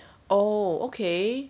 oh okay